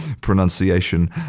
pronunciation